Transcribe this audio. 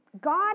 God